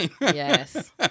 Yes